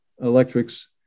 electrics